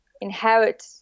inherit